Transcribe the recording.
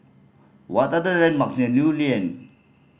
what are the landmark near Lew Lian